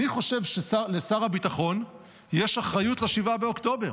אני חושב שלשר הביטחון יש אחריות ל-7 באוקטובר.